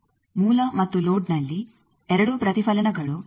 ಮೂಲ ಮತ್ತು ಲೋಡ್ನಲ್ಲಿ ಎರಡೂ ಪ್ರತಿಫಲನಗಳು ಹಂತವನ್ನು 360 ಡಿಗ್ರಿ ಬದಲಾಯಿಸುತ್ತವೆ